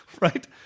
Right